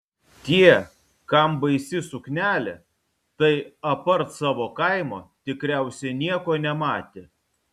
tie kam baisi suknelė tai apart savo kaimo tikriausiai nieko nematė